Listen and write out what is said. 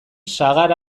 sagar